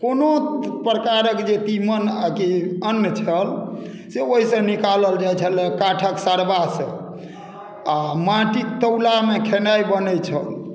कोनो प्रकारक जे तीमन आ कि अन्न छल से ओहिसँ निकालल जाइत छलए काठक सरवासँ आ माटिक तौलामे खेनाइ बनैत छल